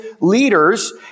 leaders